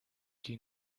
die